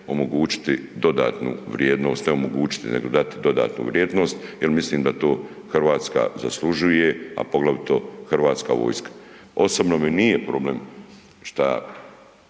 omogućiti dodatnu vrijednost, ne omogućiti nego dati vrijednost jer mislim da to Hrvatska zaslužuje a poglavito hrvatska vojska. Osobno mi nije problem šta